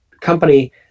company